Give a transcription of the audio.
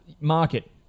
Market